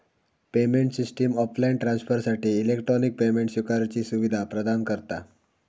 payment system offline ट्रांसफरसाठी electronic payment स्विकारुची सुवीधा प्रदान करता